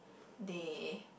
they